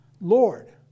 Lord